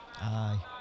Aye